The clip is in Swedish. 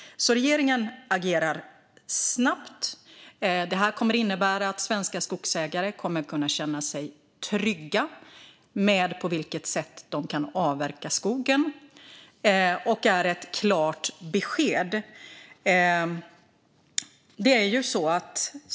Regeringen agerar alltså snabbt. Detta kommer att innebära att svenska skogsägare kommer att kunna känna sig trygga med på vilket sätt de kan avverka skogen. Och detta är ett klart besked.